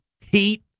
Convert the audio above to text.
heat